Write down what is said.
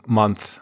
month